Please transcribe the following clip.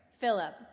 Philip